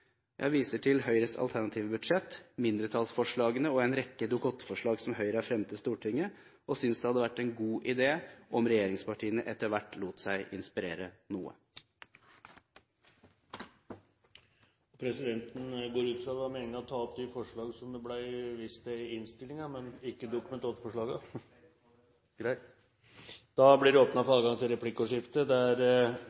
Jeg viser til Høyres alternative budsjett, mindretallsforslagene og en rekke Dokument 8-forslag som Høyre har fremmet i Stortinget, og synes det hadde vært en god idé om regjeringspartiene etter hvert lot seg inspirere noe. Det blir replikkordskifte. Det er enighet om at vi vil prøve ut fengselsavdelinger for kriminelle utlendinger. Målsettingen er å legge til